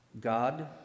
God